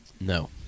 No